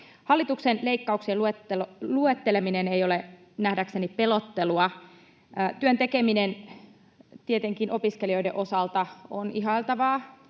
Hallituksen leikkauksien luetteleminen ei ole nähdäkseni pelottelua. Työn tekeminen tietenkin opiskelijoiden osalta on ihailtavaa,